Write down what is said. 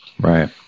Right